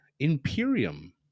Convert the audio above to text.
Imperium